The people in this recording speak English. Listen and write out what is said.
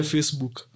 Facebook